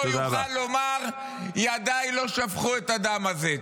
לא יוכל לומר: ידיי לא שפכו את הדם הזה.